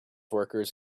workers